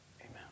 Amen